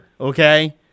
okay